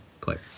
player